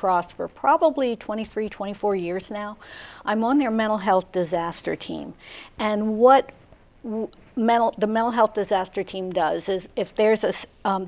cross for probably twenty three twenty four years now i'm on their mental health disaster team and what medal the mel health disaster team does is if there's a